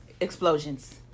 Explosions